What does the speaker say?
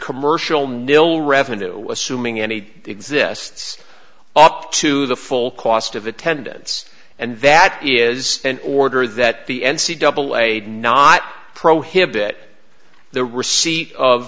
commercial nil revenue assuming any exists ought to the full cost of attendance and that is an order that the n c double aid not prohibit the receipt of